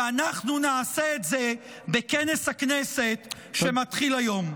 ואנחנו נעשה את זה בכנס הכנסת שמתחיל היום.